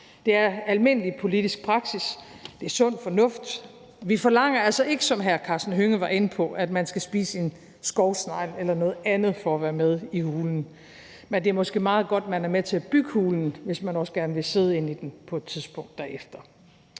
Det er almindelig politisk praksis. Det er sund fornuft. Vi forlanger altså ikke, som hr. Karsten Hønge var inde på, at man skal spise en skovsnegl eller noget andet for at være med i hulen, men det er måske meget godt, at man er med til at bygge hulen, hvis man også gerne vil sidde inde i den på et tidspunkt efter.